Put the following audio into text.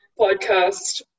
podcast